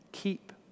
Keep